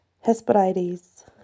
Hesperides